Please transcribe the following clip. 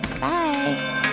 Bye